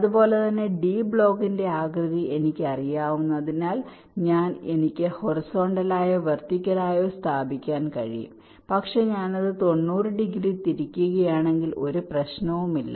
അതുപോലെ തന്നെ ഡി ബ്ലോക്കിന്റെ ആകൃതി എനിക്കറിയാവുന്നതിനാൽ എനിക്ക് ഇത് ഹൊറിസോണ്ടലായോ വെർട്ടിക്കലായോ സ്ഥാപിക്കാൻ കഴിയും പക്ഷേ ഞാൻ അത് 90 ഡിഗ്രി തിരിക്കുകയാണെങ്കിൽ ഒരു പ്രശ്നവുമില്ല